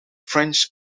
french